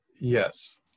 yes